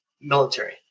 military